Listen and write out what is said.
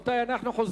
אינו נוכח אורי אורבך,